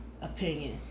opinion